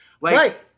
Right